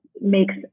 makes